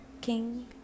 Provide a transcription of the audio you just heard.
king